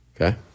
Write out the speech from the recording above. okay